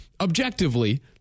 objectively